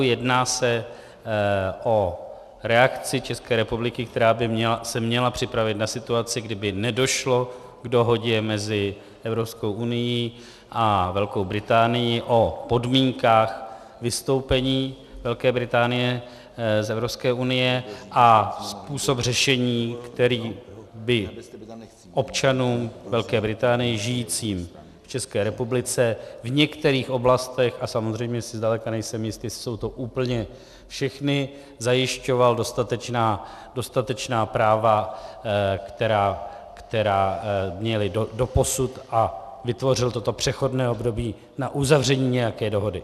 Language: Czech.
Jedná se o reakci České republiky, která by se měla připravit na situaci, kdy by nedošlo k dohodě mezi Evropskou unií a Velkou Británií o podmínkách vystoupení Velké Británie z Evropské unie a způsob řešení, který by občanům Velké Británie žijícím v České republice v některých oblastech, a samozřejmě si zdaleka nejsem jist, jestli jsou to úplně všechny, zajišťoval dostatečná práva, která měli doposud, a vytvořil toto přechodné období na uzavření nějaké dohody.